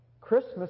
Christmas